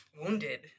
wounded